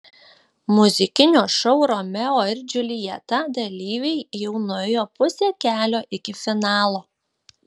muzikinio šou romeo ir džiuljeta dalyviai jau nuėjo pusę kelio iki finalo